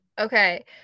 okay